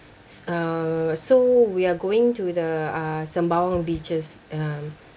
uh so we are going to the uh sembawang beaches um